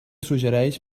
suggereix